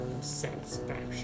satisfaction